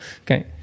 Okay